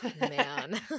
man